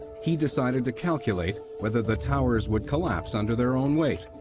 he decided to calculate whether the towers would collapse under their own weight,